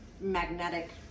magnetic